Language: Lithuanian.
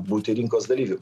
būti rinkos dalyviu